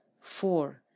Four